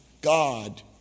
God